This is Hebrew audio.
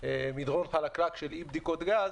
מדרון חלקלק של אי-בדיקות גז,